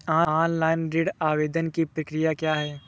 Online ऋण आवेदन की प्रक्रिया क्या है?